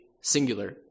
singular